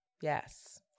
yes